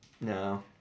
No